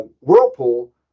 whirlpool